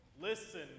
Listen